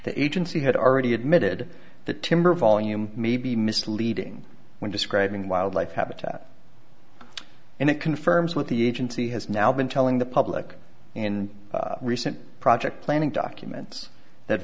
the agency had already admitted the timber volume may be misleading when describing wildlife habitat and it confirms what the agency has now been telling the public in recent project planning documents that